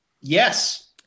Yes